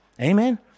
Amen